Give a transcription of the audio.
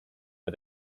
for